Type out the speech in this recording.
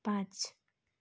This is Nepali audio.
पाँच